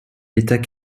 l’état